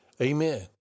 Amen